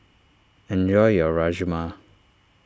enjoy your Rajma